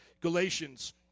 Galatians